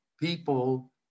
people